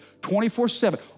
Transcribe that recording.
24-7